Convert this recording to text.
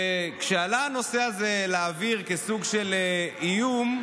כשעלה הנושא הזה לאוויר כסוג של איום,